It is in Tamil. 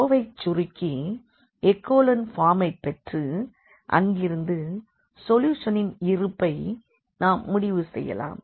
ரோவை சுருக்கி எக்கோலன் பார்ம் ஐப் பெற்று அங்கிருந்து சொல்யூஷனின் இருப்பை நாம்முடிவு செய்யலாம்